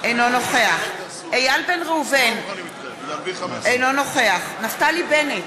אינו נוכח איל בן ראובן, אינו נוכח נפתלי בנט,